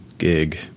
Gig